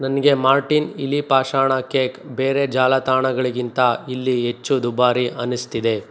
ನನಗೆ ಮಾರ್ಟಿನ್ ಇಲಿ ಪಾಷಾಣ ಕೇಕ್ ಬೇರೆ ಜಾಲತಾಣಗಳಿಗಿಂತ ಇಲ್ಲಿ ಹೆಚ್ಚು ದುಬಾರಿ ಅನ್ನಿಸ್ತಿದೆ